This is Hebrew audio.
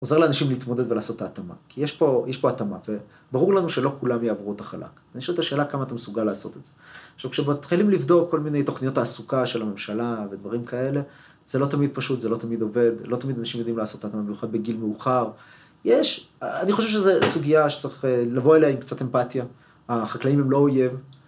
‫עוזר לאנשים להתמודד ולעשות ‫ההתאמה, כי יש פה, יש פה התאמה, ‫וברור לנו שלא כולם יעברו את החלק. ‫יש את השאלה כמה אתה מסוגל לעשות את זה. ‫עכשיו, כשמתחילים לבדוק כל מיני ‫תוכניות תעסוקה של הממשלה ‫ודברים כאלה, זה לא תמיד פשוט, ‫זה לא תמיד עובד, ו‫לא תמיד אנשים יודעים לעשות התאמה, ‫במיוחד בגיל מאוחר. ‫יש... אני חושב שזה סוגיה שצריך ‫לבוא אליה עם קצת אמפתיה. ‫החקלאים הם לא אויב.